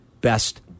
best